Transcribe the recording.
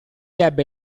ebbe